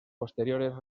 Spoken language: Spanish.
posteriores